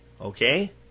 okay